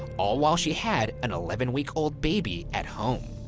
all while she had an eleven week old baby at home.